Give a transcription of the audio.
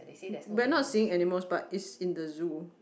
but not seeing animals but it's in the zoo